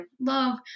love